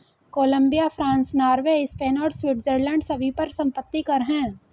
Colombia, France, Norway, Spain और Switzerland सभी पर संपत्ति कर हैं